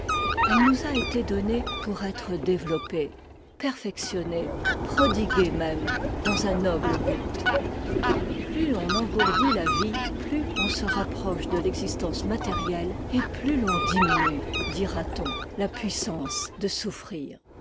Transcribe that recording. l'âme ehe'nous a été donnée pour être développée perfectionnée prodiguée même dans un noble but plus on engourdit la vie plus on se rapproche de l'existence matérielle et plus l'on diminue dira-t-on la puissance de souffrir